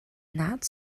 not